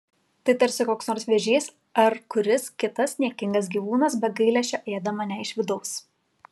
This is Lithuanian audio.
tai tarsi koks nors vėžys ar kuris kitas niekingas gyvūnas be gailesčio ėda mane iš vidaus